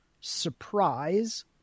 surprise